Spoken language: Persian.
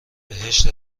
بهش